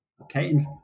Okay